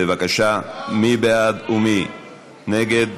בבקשה, מי בעד ומי נגד?